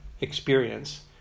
experience